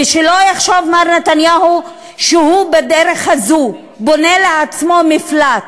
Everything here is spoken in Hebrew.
ושלא יחשוב מר נתניהו שבדרך הזאת הוא בונה לעצמו מפלט,